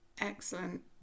excellent